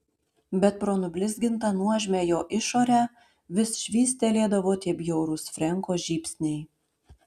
bet pro nublizgintą nuožmią jo išorę vis švystelėdavo tie bjaurūs frenko žybsniai